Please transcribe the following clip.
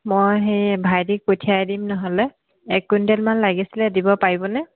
মই সেই ভাইটিক পঠিয়াই দিম নহ'লে এক কুইণ্টেল মান লাগিছিলে দিব পাৰিবনে